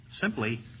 simply